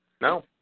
No